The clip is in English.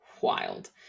Wild